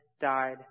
died